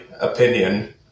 opinion